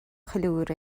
ceiliúradh